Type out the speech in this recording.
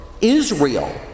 Israel